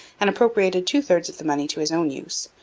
and appropriated two-thirds of the money to his own use,